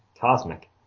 Cosmic